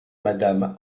madame